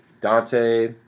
Dante